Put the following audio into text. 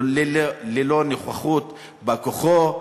ללא נוכחות בא-כוחו,